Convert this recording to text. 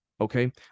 Okay